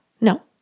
no